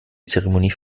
zeremonie